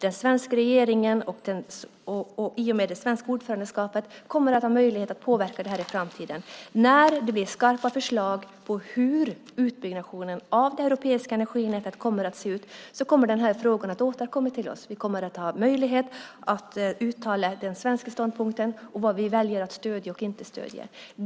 Den svenska regeringen kommer i och med det svenska ordförandeskapet att ha möjlighet att påverka det här i framtiden. När det blir skarpa förslag om hur utbyggnaden av europeiska energinät ska se ut kommer den här frågan att återkomma till oss. Vi kommer att ha möjlighet att uttala den svenska ståndpunkten och vad vi väljer att stödja och inte stödja.